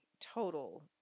total